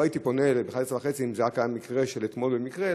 לא הייתי פונה ב-23:30 אם זה רק היה מקרה של אתמול במקרה,